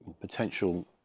potential